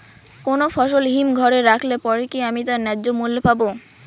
কোনো ফসল হিমঘর এ রাখলে পরে কি আমি তার ন্যায্য মূল্য পাব?